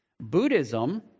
Buddhism